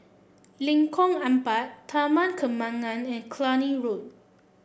Lengkong Empat Taman Kembangan and Cluny Road